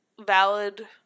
valid